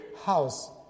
house